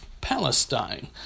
Palestine